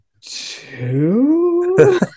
Two